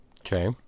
okay